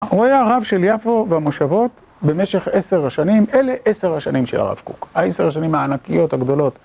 רואה הרב של יפו והמושבות במשך עשר השנים, אלה עשר השנים של הרב קוק, העשר השנים הענקיות הגדולות.